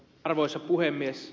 arvoisa puhemies